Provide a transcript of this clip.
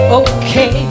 okay